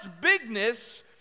bigness